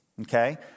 Okay